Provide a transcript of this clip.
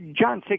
john